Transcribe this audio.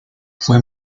fue